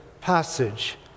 passage